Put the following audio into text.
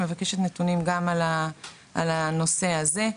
אני מבקשת נתונים גם על הנושא הזה.